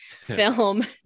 film